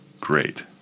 great